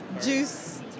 juice